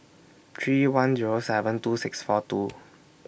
three one Zero seven two six four two